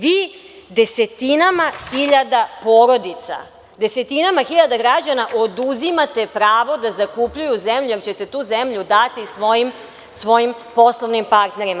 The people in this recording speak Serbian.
Vi desetinama hiljada porodica, desetinama hiljada građana oduzimate pravo da zakupljuju zemlju, jer ćete tu zemlju dati svojim poslovnim partnerima.